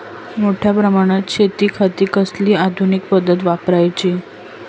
मोठ्या प्रमानात शेतिखाती कसली आधूनिक पद्धत वापराची?